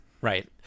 right